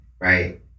right